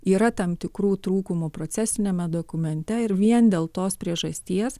yra tam tikrų trūkumų procesiniame dokumente ir vien dėl tos priežasties